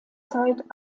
zeit